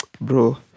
bro